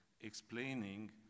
explaining